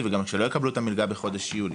וגם שלא יקבלו את המלגה בחודש יולי.